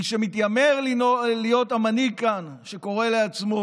מי שמתיימר להיות המנהיג כאן, שקורא לעצמו